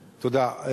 תודה.